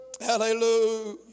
Hallelujah